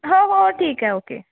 हो हो ठीक आहे ओके